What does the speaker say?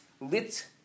lit